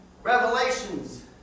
Revelations